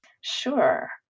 Sure